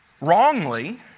wrongly